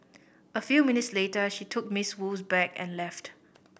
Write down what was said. a few minutes later she took Miss Wu's bag and left